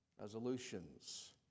resolutions